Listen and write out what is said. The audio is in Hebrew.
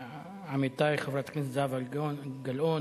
לעמיתי חברי הכנסת זהבה גלאון,